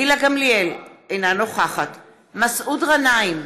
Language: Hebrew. גילה גמליאל, אינה נוכחת מסעוד גנאים,